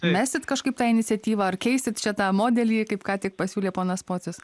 mesit kažkaip tą iniciatyvą ar keisit čia tą modelį kaip ką tik pasiūlė ponas pocius